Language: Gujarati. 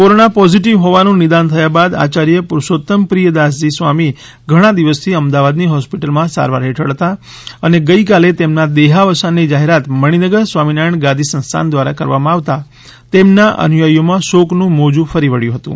કોરોના પોજિટિવ હોવાનું નિદાન થયા બાદ આચાર્ય પુરૂષોત્તમપ્રિય દાસજી સ્વામી ઘણા દિવસથી અમદાવાદની હોસ્પિટલમાં સારવાર હેઠળ હતા અને ગઇકાલે તેમના દેહાવસાનની જાહેરાત મણિનગર સ્વામિનારાયણ ગાદી સંસ્થાન દ્વારા કરવામાં આવતા તેમના અનુયાયીઓમાં શોકનું મોજું ફરી વબ્યું હતું